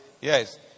Yes